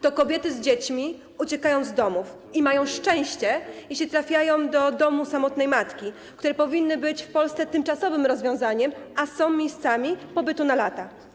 To kobiety z dziećmi uciekają z domów i mają szczęście, jeśli trafiają do domów samotnej matki, które powinny być w Polsce tymczasowym rozwiązaniem, a są miejscami pobytu na lata.